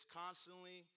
constantly